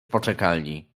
poczekalni